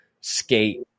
Skate